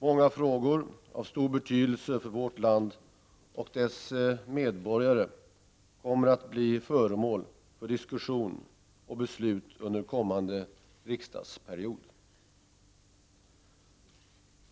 Många frågor av stor betydelse för vårt land och dess medborgare kommer att bli föremål för diskussion och beslut under kommande riksdagsperiod.